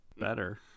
better